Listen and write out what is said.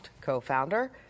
co-founder